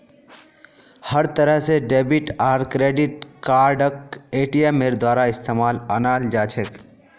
हर तरह से डेबिट आर क्रेडिट कार्डक एटीएमेर द्वारा इस्तेमालत अनाल जा छे